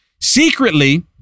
secretly